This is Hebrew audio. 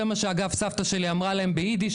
זה מה שאגב סבתא שלי אמרה להם באידיש